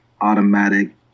automatic